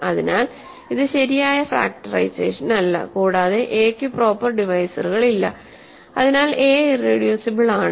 അതിനാൽ ഇത് ശരിയായ ഫാക്ടറൈസേഷനല്ല കൂടാതെ എ ക്കു പ്രോപ്പർ ഡിവൈസറുകളില്ല അതിനാൽ എ ഇറെഡ്യൂസിബിൾ ആണ്